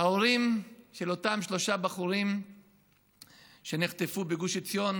ההורים של אותם שלושה בחורים שנחטפו בגוש עציון.